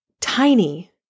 tiny